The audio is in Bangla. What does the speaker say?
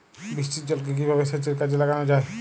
বৃষ্টির জলকে কিভাবে সেচের কাজে লাগানো যায়?